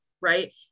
Right